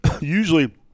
Usually